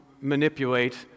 manipulate